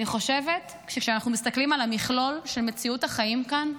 אני חושבת שכשאנחנו מסתכלים על המכלול של מציאות החיים כאן,